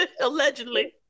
allegedly